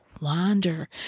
wander